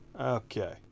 okay